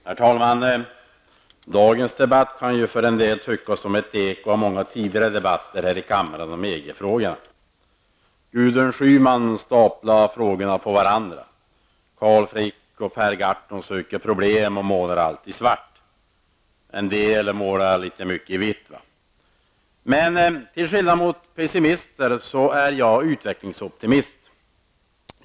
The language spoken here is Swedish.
Herr talman! Dagens debatt kan ju för en del verka som ett eko av många tidigare debatter här i kammaren om EG-frågan. Gudrun Schyman staplar frågorna på varandra. Carl Frick och Per Gahrton söker problem och målar allt i svart. En del målar litet väl mycket i vitt. Men till skillnad från pessimister är jag utvecklingsoptimist.